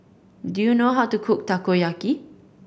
do you know how to cook Takoyaki